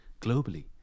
globally